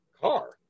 Car